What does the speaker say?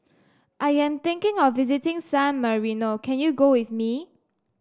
I am thinking of visiting San Marino can you go with me